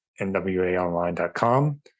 nwaonline.com